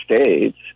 states